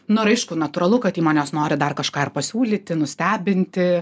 nu ir aišku natūralu kad įmonės nori dar kažką ir pasiūlyti nustebinti